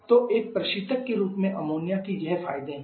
तो एक प्रशीतक के रूप में अमोनिया के यह फायदे हैं